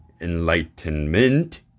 enlightenment